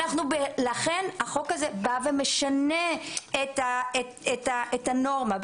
לכן החוק הזה בא ומשנה את הנורמה,